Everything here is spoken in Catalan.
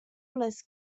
les